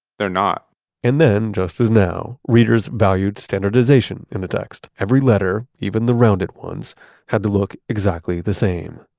they're not and then just as now, readers valued standardization in the text. every letter, even the rounded ones had to look exactly the same,